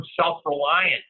self-reliant